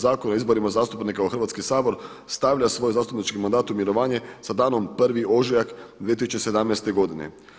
Zakona o izborima zastupnika u Hrvatski sabor stavlja svoj zastupnički mandat u mirovanje sa danom 1. ožujak 2017. godine.